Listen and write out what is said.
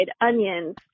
onions